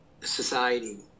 society